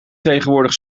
tegenwoordig